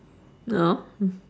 no